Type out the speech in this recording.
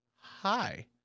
Hi